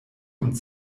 und